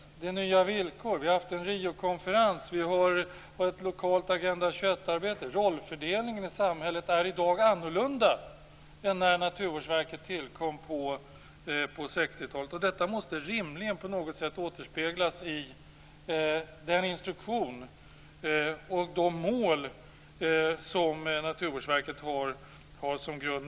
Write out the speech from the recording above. Det är nya villkor som gäller. Vi har haft en Riokonferens. Vi har ett lokalt Agenda 21-arbete. Rollfördelningen i samhället är i dag annorlunda än den var när Naturvårdsverket tillkom på 60-talet. Detta måste rimligen på något sätt återspeglas i den instruktion och i de mål som Naturvårdsverket har som grund.